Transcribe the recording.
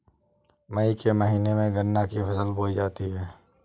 मई के महीने में गन्ना की फसल बोई जाती है